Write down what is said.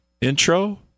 intro